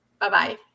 Bye-bye